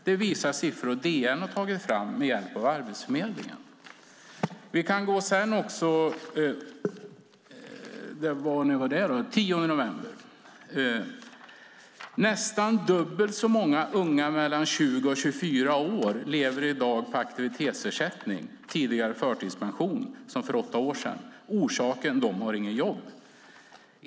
Det visar siffror DN har tagit fram med hjälp av Arbetsförmedlingen. Den 10 november finns denna notis: Nästan dubbelt så många unga mellan 20 och 24 år lever i dag på aktivitetsersättning, tidigare förtidspension, som för åtta år sedan. Orsaken är att de har inga jobb.